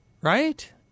Right